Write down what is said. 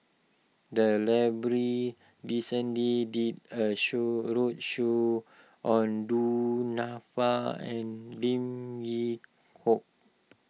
the library recently did a show a roadshow on Du Nanfa and Lim Yew Hock